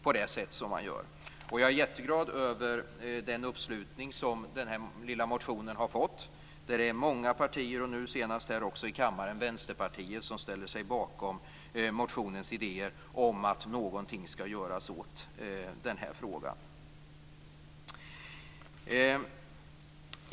Jag är jätteglad över den uppslutning som den här lilla motionen har fått. Det är många partier, nu senast Vänsterpartiet, som ställer sig bakom idén om att någonting skall göras i den här frågan.